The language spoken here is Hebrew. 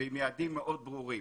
ועם יעדים מאוד ברורים.